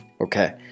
Okay